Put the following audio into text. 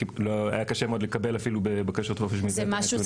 היה קשה מאוד לקבל אפילו בבקשות חופש מידע של נתונים.